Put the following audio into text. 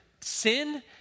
Sin